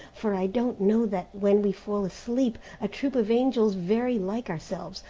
for i don't know that when we fall asleep, a troop of angels very like ourselves,